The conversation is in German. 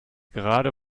gerade